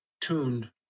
tuned